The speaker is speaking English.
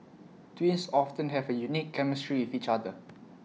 twins often have A unique chemistry with each other